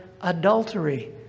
adultery